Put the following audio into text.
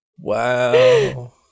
Wow